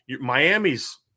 Miami's